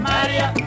Maria